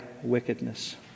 wickedness